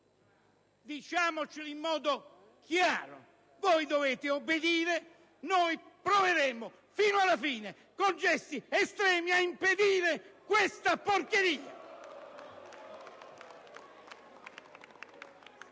Diciamocelo in modo chiaro: voi dovete obbedire. Noi proveremo fino alla fine, con gesti estremi, ad impedire questa porcheria.